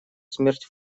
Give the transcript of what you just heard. смерть